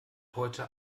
heute